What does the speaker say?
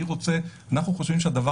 לדעתנו,